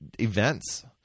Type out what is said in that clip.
events